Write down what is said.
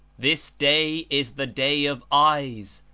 this day is the day of eyes,